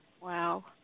Wow